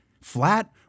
Flat